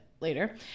later